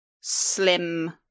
slim